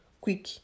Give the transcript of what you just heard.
quick